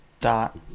dot